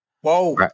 Whoa